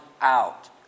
out